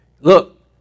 Look